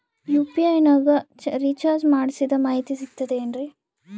UPI ನಾಗ ನಾ recharge ಮಾಡಿಸಿದ ಮಾಹಿತಿ ಸಿಕ್ತದೆ ಏನ್ರಿ?